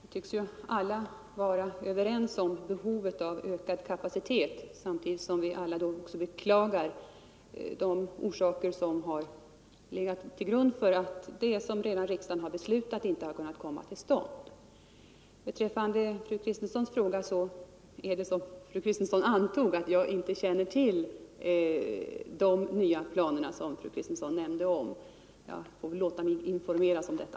Herr talman! Vi tycks alla vara överens om behovet av ökad kapacitet på detta område samtidigt som vi alla beklagar de orsaker som legat till grund för att de åtgärder, som riksdagen har beslutat, inte kunnat komma till stånd. Beträffande fru Kristenssons fråga förhåller det sig så som fru Kristensson antog, nämligen att jag inte känner till de nya planerna. Jag får informera mig om dessa.